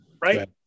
right